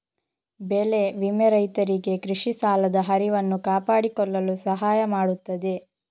ಬೆಳೆ ವಿಮೆ ರೈತರಿಗೆ ಕೃಷಿ ಸಾಲದ ಹರಿವನ್ನು ಕಾಪಾಡಿಕೊಳ್ಳಲು ಸಹಾಯ ಮಾಡುತ್ತದೆ